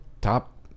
top